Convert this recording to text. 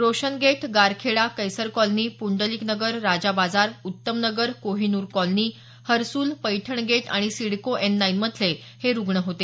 Roshan Gate Garkheda Kaisar colony Pundaliknagar Raja Bazar Uttamnagar Kohinoor colony Harsul Paithangate आणि CIDCO N नाईनमधले हे रुग्ण होते